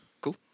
cool